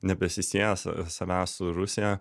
nebesisieja sa savęs su rusija